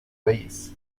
reyes